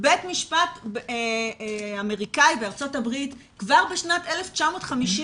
בית משפט אמריקאי בארצות הברית כבר בשנת 1954,